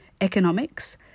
economics